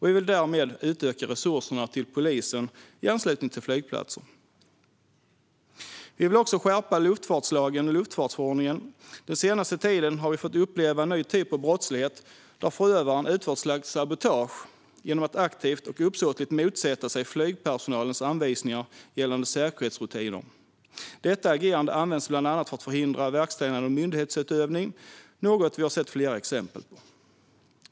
Vi vill därför utöka resurserna till polisen i anslutning till flygplatser. Sverigedemokraterna vill också skärpa luftfartslagen och luftfartsförordningen. Den senaste tiden har vi fått uppleva en ny typ av brottslighet, där förövaren utför ett slags sabotage genom att aktivt och uppsåtligt motsätta sig flygpersonalens anvisningar gällande säkerhetsrutiner. Detta agerande används bland annat för att förhindra verkställande av myndighetsutövning - något vi har sett flera exempel på.